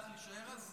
אתה לא חייב להישאר.